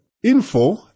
info